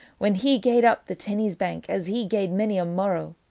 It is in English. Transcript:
when he gaed up the tennies bank, as he gaed mony a morrow,